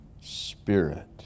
spirit